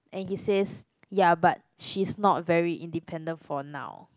and he says ya but she's not very independent for now